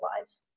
lives